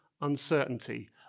uncertainty